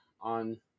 on